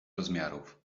rozmiarów